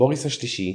בוריס השלישי,